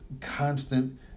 constant